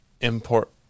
Import